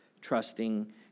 trusting